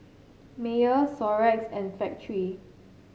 Mayer Xorex and Factorie